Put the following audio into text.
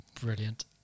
Brilliant